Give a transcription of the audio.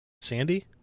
Sandy